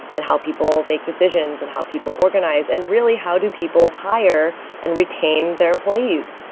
and how people make decisions and how people organizations, and really how do people hire and retain their employees?